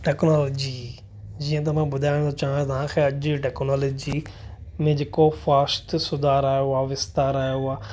technology जीअं त मां ॿुधाइण थो चाहियां तव्हांखे अॼु टेक्नालॉजी में जेको फास्ट सुधार आयो आहे विस्तार आयो आहे